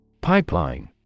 Pipeline